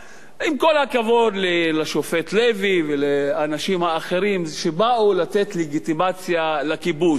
עם כל הכבוד לשופט לוי ולאנשים האחרים שבאו לתת לגיטימציה לכיבוש,